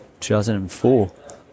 2004